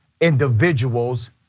individuals